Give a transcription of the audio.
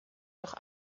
doch